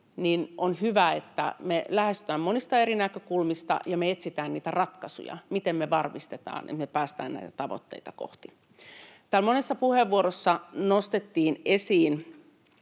on hyvä, että me lähestytään monista eri näkökulmista ja me etsitään niitä ratkaisuja, miten me varmistetaan, että me päästään näitä tavoitteita kohti. Täällä monessa puheenvuorossa nostettiin esiin